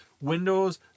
Windows